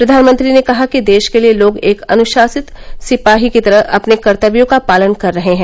प्रधानमंत्री ने कहा कि देश के लिए लोग एक अनुशासित सिपाही की तरह अपने कर्तव्यों का पालन कर रहे हैं